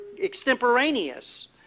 extemporaneous